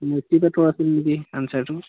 মুক্তিতে তৰাটো নেকি আঞ্চাৰটো